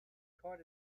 caught